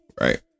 Right